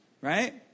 right